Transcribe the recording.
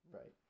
Right